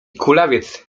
kulawiec